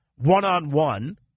one-on-one